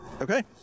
Okay